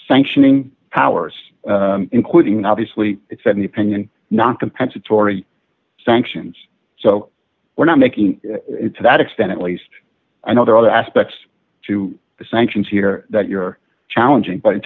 sanctioning powers including obviously it's an opinion not compensatory sanctions so we're not making it to that extent at least i know there are other aspects to the sanctions here that you're challenging but in